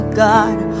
God